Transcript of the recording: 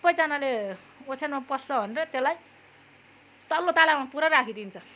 सबैजनाले ओछ्यानमा पस्छ भन्दै त्यसलाई तल्लो तलामा पुऱ्याइ राखिदिन्छ